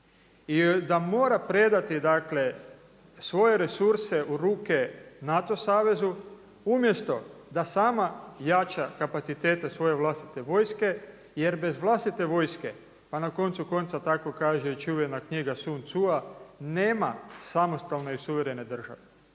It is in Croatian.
i da mora predati dakle svoje resurse u ruke NATO savezu umjesto da sama jača kapacitete svoje vlastite vojske, jer bez vlastite vojske a na koncu konca tako kaže i čuvena knjiga Sun Cua nema samostalne i suverene države.